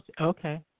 Okay